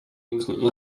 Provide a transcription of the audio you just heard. usually